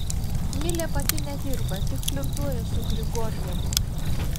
milė pati nedirba tik flirtuoja su grigorjevu